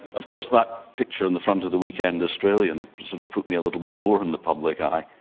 of course that picture on the front of the weekend australian sort of put me a little bit more in the public eye.